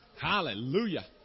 Hallelujah